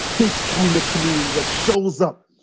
this kind of community that shows up,